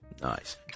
Nice